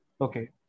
Okay